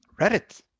Reddit